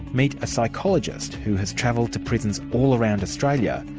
meet a psychologist who has travelled to prisons all around australia,